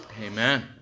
Amen